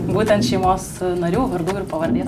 būtent šeimos narių vardų ir pavardės